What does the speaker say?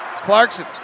Clarkson